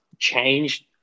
changed